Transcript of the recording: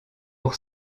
pour